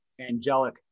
angelic